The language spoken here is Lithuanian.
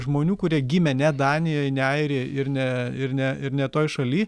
žmonių kurie gimė ne danijoj ne airijoj ir ne ir ne ir ne toj šaly